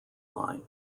line